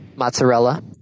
Mozzarella